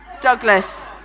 douglas